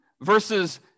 versus